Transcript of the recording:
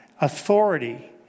authority